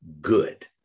good